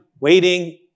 Waiting